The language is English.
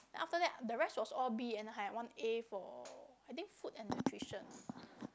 then after that the rest was all B and and i had one A for i think food and nutrition